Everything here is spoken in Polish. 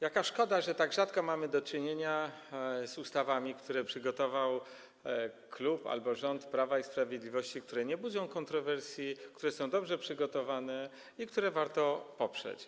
Jaka szkoda, że tak rzadko mamy do czynienia z ustawami, które przygotował klub albo rząd Prawa i Sprawiedliwości, które nie budzą kontrowersji, które są dobrze przygotowane i które warto poprzeć.